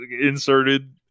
inserted